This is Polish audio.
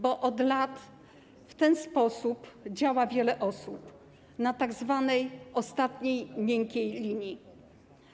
Bo od lat w ten sposób działa wiele osób na tzw. ostatniej miękkiej linii.